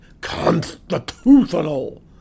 constitutional